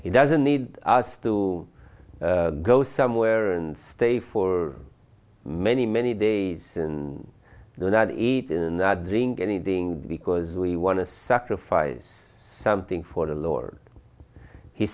he doesn't need us to go somewhere and stay for many many days and the not eat in the drink anything because we want to sacrifice something for the lord he